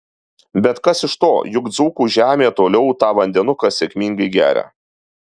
bet kas iš to juk dzūkų žemė toliau tą vandenuką sėkmingai geria